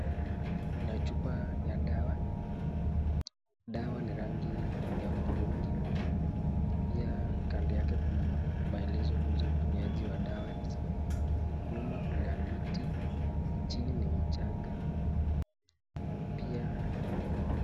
Kuna chupa ya dawa. Dawa ni rangi ya uturungi, pia kando yake kuna maelezo kuhusu utumiaji wa dawa hizi. Nyuma kuna miti, chini ni mchanga, pia.